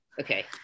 Okay